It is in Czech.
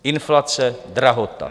Inflace, drahota.